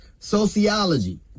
sociology